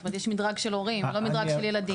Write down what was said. זאת אומרת, יש מדרג של הורים, לא מדרג של ילדים.